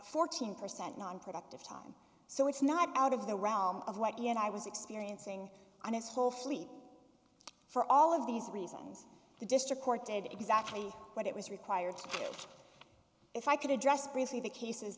fourteen percent nonproductive time so it's not out of the realm of what you and i was experiencing honest whole fleet for all of these reasons the district court did exactly what it was required if i could address briefly the cases